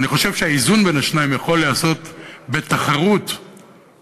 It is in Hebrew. אני חושב שהאיזון בין השניים יכול להיעשות בתחרות אמיתית,